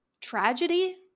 tragedy